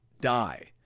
die